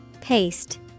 Paste